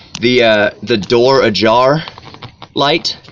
the ah the door ajar light